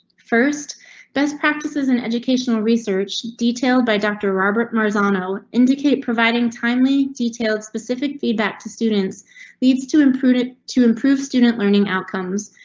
first best practices and educational research detailed by doctor robert marzano indicate providing timely, detailed specific feedback to students leads to improved it to improve student learning outcomes,